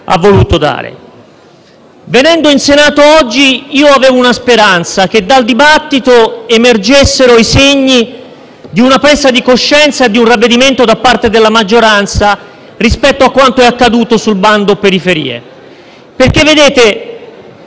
ha voluto dare. Venendo in Senato oggi avevo una speranza: che dal dibattito emergessero i segni di una presa di coscienza e di un ravvedimento da parte della maggioranza rispetto a quanto è accaduto sul bando periferie. Infatti,